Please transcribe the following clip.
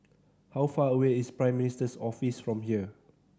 how far away is Prime Minister Office from here